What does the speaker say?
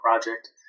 project